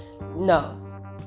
No